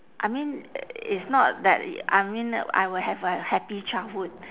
I mean it's not that I mean I will have a happy childhood